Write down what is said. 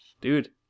Dude